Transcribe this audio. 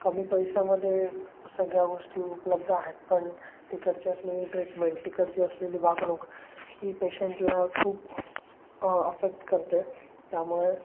कमी पैशामध्ये सगळ्या गोष्टी उपलब्ध आहेत पण तिकडची असलेली ट्रीटमेंट तिकडची असलेली वागणूक ही पेशंटला खूप अफेक्ट करते त्यामुळे